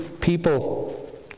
people